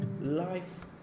Life